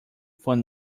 phone